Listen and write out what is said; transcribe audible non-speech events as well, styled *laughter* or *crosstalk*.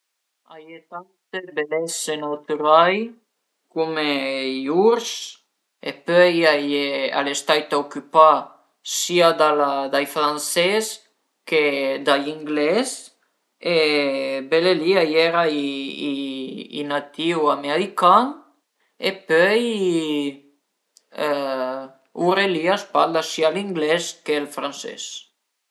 *hesitation* i vantagge a sun che *hesitation* se s'es famus s'es 'na persun-a pi pi avanti, ën po pi, pìe ün stipendi pi pi aut, però i svantage a sun anche che essend famus *hesitation* s'es pien dë persun-e ch'a ven-u vedite, che t'amiru, cuindi a mi a m'darìa fastidi